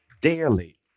daily